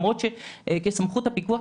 למרות שאני חושבת שאנחנו כוועדה